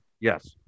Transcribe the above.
Yes